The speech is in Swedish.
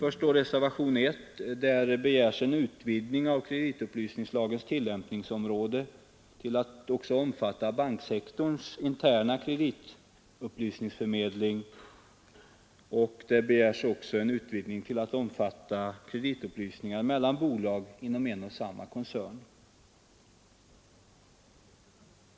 I reservationen 1 begärs en utvidgning av kreditupplysningslagens tillämpningsområde till att även omfatta banksektorns interna kreditupplysningsförmedling samt kreditupplysningar mellan bolag inom en och samma koncern.